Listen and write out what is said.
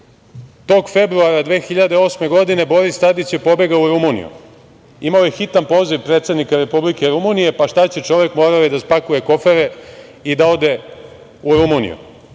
Tog februara 2008. godine Boris Tadić je pobegao u Rumuniju. Imao je hitan poziv predsednika Republike Rumunije, pa šta će čovek, morao je da spakuje kofere i da ode u Rumuniju.